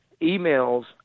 emails